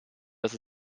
dass